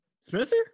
spencer